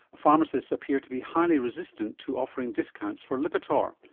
pharmacists appear to be highly resistant to offering discounts for lipitor.